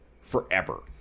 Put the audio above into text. Forever